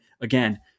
again